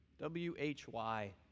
W-H-Y